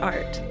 Art